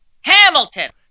Hamilton